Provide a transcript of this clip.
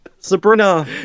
Sabrina